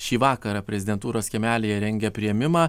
šį vakarą prezidentūros kiemelyje rengia priėmimą